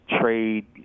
trade